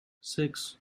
six